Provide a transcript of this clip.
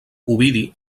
ovidi